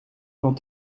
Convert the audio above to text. van